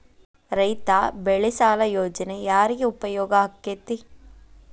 ರೈತ ಬೆಳೆ ಸಾಲ ಯೋಜನೆ ಯಾರಿಗೆ ಉಪಯೋಗ ಆಕ್ಕೆತಿ?